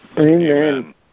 Amen